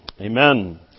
Amen